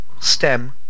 stem